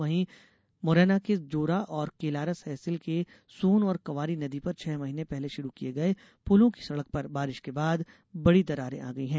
वहीं मुरैना के जौरा और केलारस तहसील के सोन और क्वारी नदी पर छह महीने पहले शुरू किये गये पुलों की सड़क पर बारिश के बाद बड़ी दरारे आ गई है